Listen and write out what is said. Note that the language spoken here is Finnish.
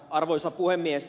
arvoisa puhemies